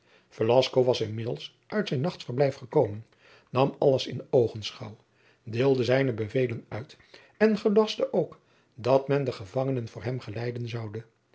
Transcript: was inmiddels uit zijn nachtverblijf gekomen nam alles in oogenschouw deelde zijne bevelen uit en gelastte ook dat men den gevangenen voor hem geleiden zoude